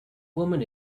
woman